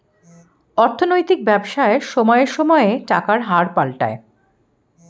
অর্থনৈতিক ব্যবসায় সময়ে সময়ে টাকার হার পাল্টায়